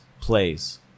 plays